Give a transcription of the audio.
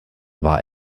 war